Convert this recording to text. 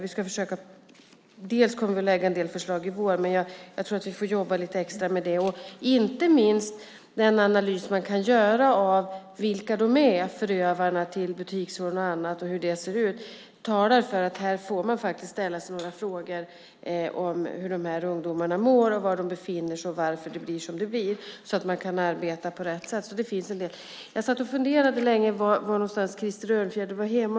Vi kommer att lägga fram en del förslag i vår, men jag tror att vi får jobba lite extra med det. Det gäller inte minst den analys man kan göra av vilka förövarna av butiksrån och annat är. Den talar för att man faktiskt får ställa sig några frågor här om hur de här ungdomarna mår, var de befinner sig och varför det blir som det blir, så att man kan arbeta på rätt sätt. Det finns en del att göra här. Jag satt och funderade länge på var någonstans, du, Krister Örnfjäder hör hemma.